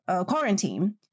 quarantine